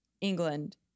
England